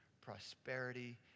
prosperity